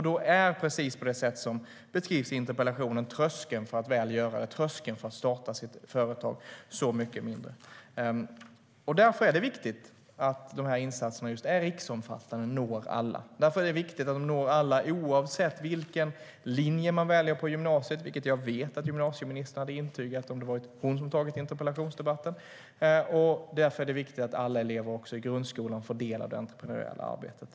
Då är det så som det beskrivs i interpellationen: Då är tröskeln till att göra det, tröskeln till att starta företag, så mycket lägre. Därför är det viktigt att de här insatserna är just riksomfattande och når alla. Därför är det viktigt att de når alla oavsett vilken linje man väljer på gymnasiet - vilket jag vet att gymnasieministern hade intygat om hon hade tagit interpellationsdebatten - och att alla elever även i grundskolan får del av det entreprenöriella arbetet.